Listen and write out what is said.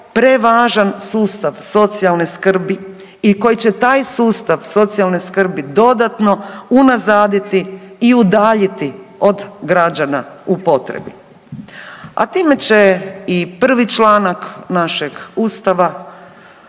prevažan sustav socijalne skrbi i koji će taj sustav socijalne skrbi dodatno unazaditi i udaljiti od građana u potrebi, a time će i prvi članak našeg ustava